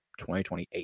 2028